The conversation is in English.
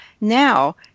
Now